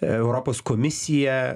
europos komisija